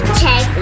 check